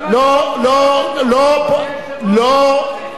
אבל למה אתה לא מוציא אותו, אדוני היושב-ראש?